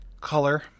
color